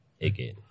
again